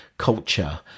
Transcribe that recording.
Culture